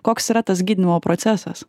koks yra tas gydymo procesas